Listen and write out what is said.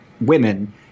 women